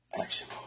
action